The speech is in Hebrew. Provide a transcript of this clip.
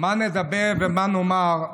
ומה נאמר?